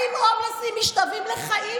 האם הומלסים משתווים לחיים?